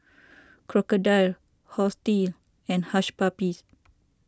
Crocodile Horti and Hush Puppies